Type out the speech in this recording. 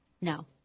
No